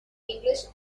english